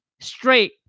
straight